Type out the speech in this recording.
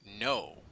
no